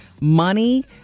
money